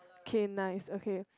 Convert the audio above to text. K nice okay